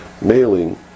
mailing